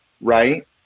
right